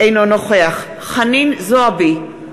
אינו נוכח חנין זועבי,